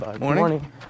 Morning